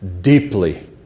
deeply